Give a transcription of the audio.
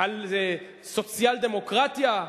על סוציאל-דמוקרטיה?